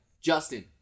Justin